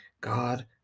God